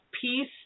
peace